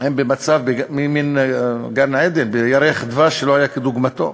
הם במצב של מין גן-עדן, ירח דבש שלא היה כדוגמתו.